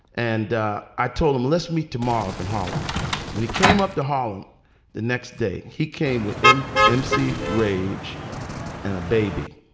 and i told him, let's meet tomorrow up in harlem when he came up to harlem the next day, he came within m c. rage and a baby.